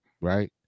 Right